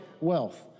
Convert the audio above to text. wealth